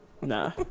Nah